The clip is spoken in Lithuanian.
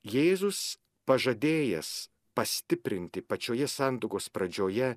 jėzus pažadėjęs pastiprinti pačioje santuokos pradžioje